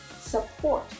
support